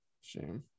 Shame